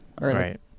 Right